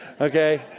Okay